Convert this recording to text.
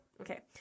Okay